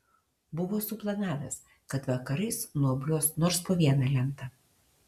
buvo suplanavęs kad vakarais nuobliuos nors po vieną lentą